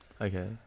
Okay